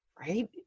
right